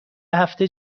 هفته